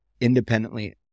independently